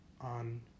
on